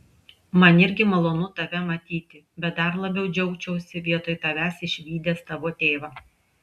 man irgi malonu tave matyti bet dar labiau džiaugčiausi vietoj tavęs išvydęs tavo tėvą